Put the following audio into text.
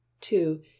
two